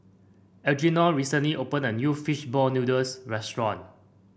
Algernon recently opened a new fish ball noodles restaurant